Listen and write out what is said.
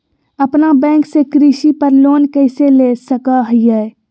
अपना बैंक से कृषि पर लोन कैसे ले सकअ हियई?